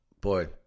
boy